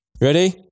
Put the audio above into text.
Ready